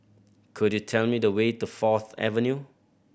could you tell me the way to Fourth Avenue